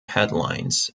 headlines